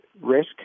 risk